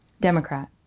Democrat